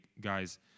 guys